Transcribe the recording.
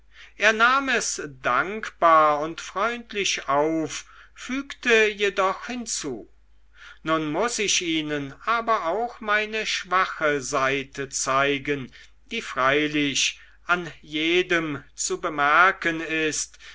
er nahm es dankbar und freundlich auf fügte jedoch hinzu nun muß ich ihnen aber auch meine schwache seite zeigen die freilich an jedem zu bemerken ist